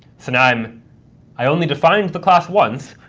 so now um i only defined the class once,